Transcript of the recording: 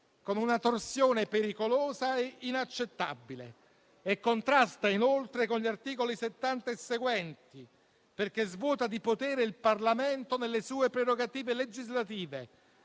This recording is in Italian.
con una torsione pericolosa e inaccettabile e contrasta inoltre con gli articoli 70 e seguenti, perché svuota di potere il Parlamento nelle sue prerogative legislative,